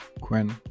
Quinn